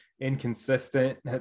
inconsistent